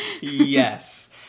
Yes